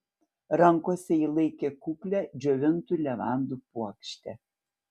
rankose ji laikė kuklią džiovintų levandų puokštę